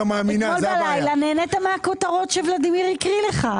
כשבשירותים נכנס מה שאני מבינה שמעניין אותך,